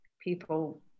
people